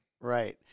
Right